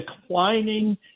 declining